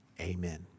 amen